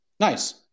Nice